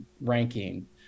ranking